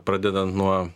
pradedant nuo